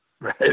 right